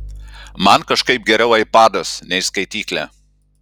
man kažkaip geriau aipadas nei skaityklė